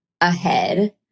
ahead